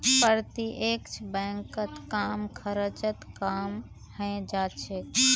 प्रत्यक्ष बैंकत कम खर्चत काम हइ जा छेक